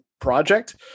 project